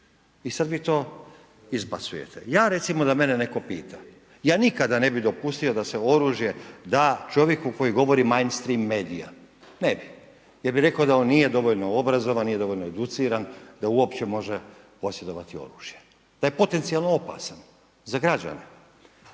I sada vi to izbacujete. Ja recimo da mene netko pita, ja nikada ne bi dopustio da se oružje da čovjeka koji govori … medija, ne bi. Ja bih rekao da on nije dovoljno obrazovan, nije dovoljno educiran da uopće može posjedovati oružje, da je potencijalno opasan za građane.